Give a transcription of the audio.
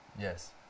Yes